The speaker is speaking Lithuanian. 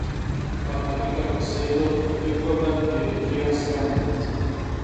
batarkė nusėdo kaip tik tada kai reikėjo skambint